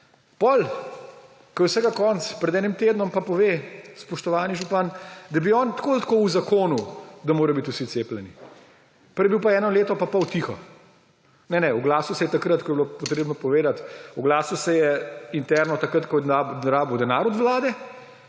Potem, ko je vsega konec, pred enim tednom pa pove spoštovani župan, da bi on tako ali tako uzakonil, da morajo biti vsi cepljeni. Prej je bil pa eno leto pa pol tiho. Ne, ne, oglasil se je takrat, ko je bilo treba povedati, oglasil se je interno takrat, ko je rabil denar od vlade,